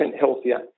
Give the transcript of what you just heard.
healthier